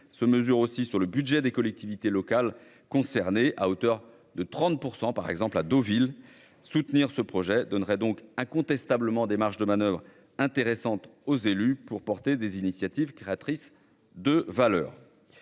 se mesure aussi sur le budget des collectivités locales concernées à hauteur de 30% par exemple à Deauville soutenir ce projet donnerait donc incontestablement des marges de manoeuvre intéressante aux élus pour porter des initiatives créatrices de valeur.